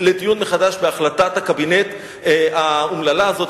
לדיון מחדש בהחלטת הקבינט האומללה הזאת.